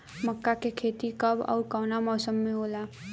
मका के खेती कब ओर कवना मौसम में होला?